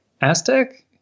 Aztec